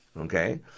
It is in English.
Okay